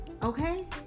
okay